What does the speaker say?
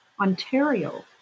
Ontario